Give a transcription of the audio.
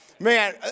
Man